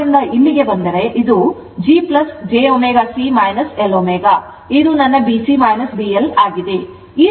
ಆದ್ದರಿಂದ ಇಲ್ಲಿಗೆ ಬಂದರೆಇದು G j ω C L ω ಇದು ನನ್ನ B C B L ಆಗಿದೆ